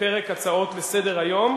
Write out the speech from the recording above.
לפרק הצעות לסדר-היום.